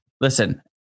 Listen